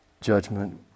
judgment